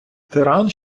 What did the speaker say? тиран